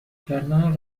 کردن